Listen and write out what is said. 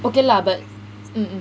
okay lah but mm mm